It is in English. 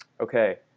okay